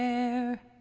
air